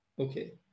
Okay